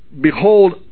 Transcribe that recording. behold